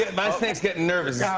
my snake's getting nervous. so,